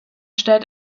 stellt